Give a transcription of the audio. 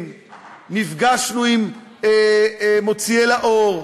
בכל אופן,